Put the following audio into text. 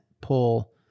pull